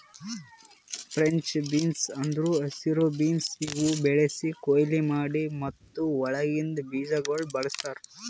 French beans ಅಂದುರ್ ಹಸಿರು beans ಇವು ಬೆಳಿಸಿ, ಕೊಯ್ಲಿ ಮಾಡಿ ಮತ್ತ ಒಳಗಿಂದ್ ಬೀಜಗೊಳ್ ಬಳ್ಸತಾರ್